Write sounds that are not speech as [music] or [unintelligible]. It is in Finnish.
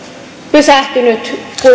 pysähtynyt kun [unintelligible]